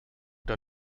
der